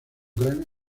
gran